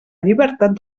llibertat